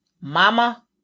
mama